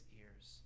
ears